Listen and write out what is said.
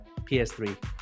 ps3